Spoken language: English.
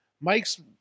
Mike's